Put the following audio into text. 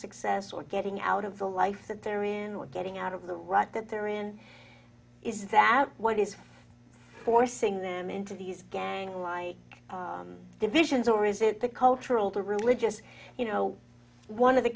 success or getting out of the life that they're in or getting out of the rut that they're in is that what is forcing them into these gang like divisions or is it the cultural the religious you know one of the